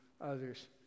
others